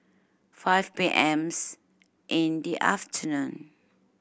five P M in the afternoon